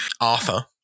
Arthur